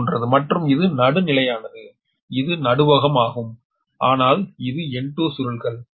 இது போன்றது மற்றும் இது நடுநிலையானது இது நடுவகம் ஆகும் ஆனால் இது 𝑵𝟐 சுருள்கள்